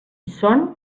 són